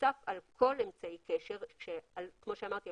נוסף על כל אמצעי קשר - וכמו שאמרתי,